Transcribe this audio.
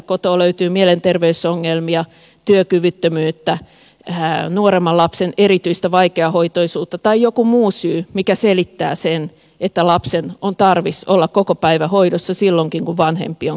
kotoa löytyy mielenterveysongelmia työkyvyttömyyttä nuoremman lapsen erityistä vaikeahoitoisuutta tai joku muu syy mikä selittää sen että lapsen on tarvis olla kokopäivähoidossa silloinkin kun vanhempi on kotona